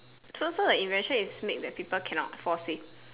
so so the invention is make that people cannot fall sick